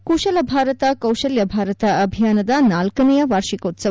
ಇಂದು ಕುಶಲ ಭಾರತ ಕೌಶಲ್ತ ಭಾರತ ಅಭಿಯಾನದ ನಾಲ್ಕನೆಯ ವಾರ್ಷಿಕೋತ್ಸವ